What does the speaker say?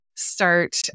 start